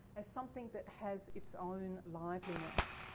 as something that has its own liveliness.